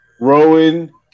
Rowan